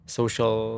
social